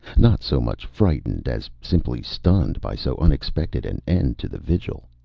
not so much frightened as simply stunned by so unexpected an end to the vigil.